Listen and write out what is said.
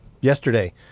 yesterday